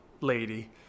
lady